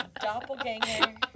Doppelganger